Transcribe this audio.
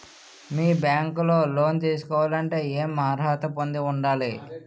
మీ bank లో loan తీసుకోవాలంటే ఎం అర్హత పొంది ఉండాలి?